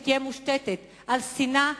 שתהיה מושתתת על שנאה,